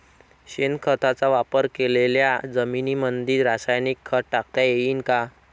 शेणखताचा वापर केलेल्या जमीनीमंदी रासायनिक खत टाकता येईन का?